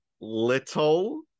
Little